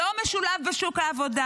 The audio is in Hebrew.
שלא משולב בשוק העבודה,